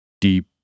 deep